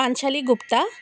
Panchali Gupta